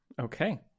Okay